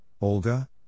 Olga